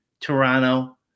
Toronto